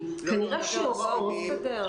כי יש פערים בין התלמידים המשולבים לתלמידים בכיתות האם.